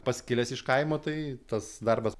pats kilęs iš kaimo tai tas darbas